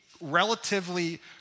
relatively